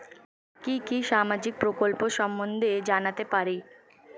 কি কি সামাজিক প্রকল্প সম্বন্ধে জানাতে পারি?